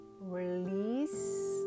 release